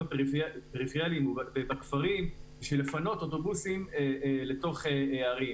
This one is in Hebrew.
הפריפריאליים ובכפרים כדי לפנות אוטובוסים לתוך הערים,